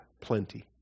plenty